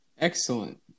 excellent